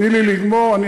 למה אתם לא, תני לי לגמור.